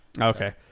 Okay